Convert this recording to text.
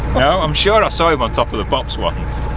no? i'm sure i saw him on top of the pops once.